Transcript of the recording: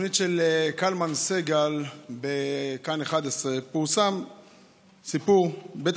בתוכנית של קלמן וסגל בכאן 11 פורסם סיפור: בית